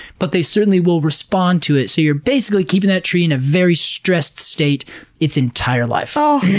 but they certainly will respond to it. so you're basically keeping that tree in a very stressed state its entire life. oh,